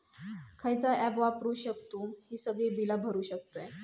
खयचा ऍप वापरू शकतू ही सगळी बीला भरु शकतय?